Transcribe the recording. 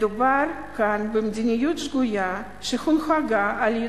מדובר כאן במדיניות שגויה שהונהגה על-ידי